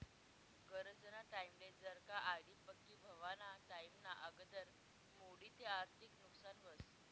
गरजना टाईमले जर का आर.डी पक्की व्हवाना टाईमना आगदर मोडी ते आर्थिक नुकसान व्हस